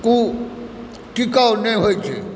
ओ टिकाउ नहि होइत छै